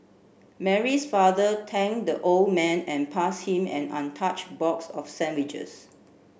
Mary's father thanked the old man and passed him an untouched box of sandwiches